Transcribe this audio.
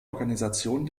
organisation